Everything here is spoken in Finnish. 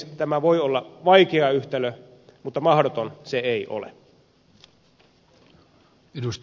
tämä voi olla vaikea yhtälö mutta mahdoton se ei ole